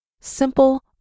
simple